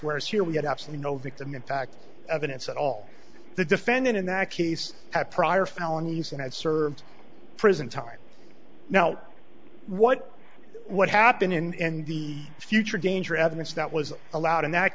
where as here we had absolutely no victim impact evidence at all the defendant in that case had prior felonies and had served prison time now what would happen in the future danger evidence that was allowed in that